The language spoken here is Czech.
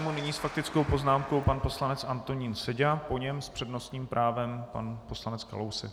Nyní s faktickou poznámkou pan poslanec Antonín Seďa, po něm s přednostním právem pan poslanec Kalousek.